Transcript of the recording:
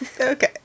Okay